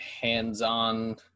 hands-on